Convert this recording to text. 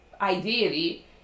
ideally